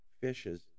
fishes